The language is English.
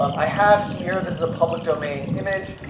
um i have here, this is a public domain image,